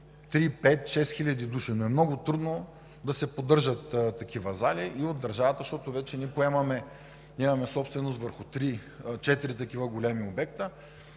3, 5, 6 хиляди души, но е много трудно да се поддържат такива зали и от държавата, защото ние вече поемаме, ние имаме собственост върху 3 – 4 такива големи обекта